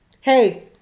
hey